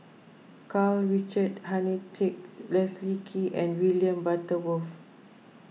Karl Richard Hanitsch Leslie Kee and William Butterworth